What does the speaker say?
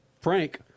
frank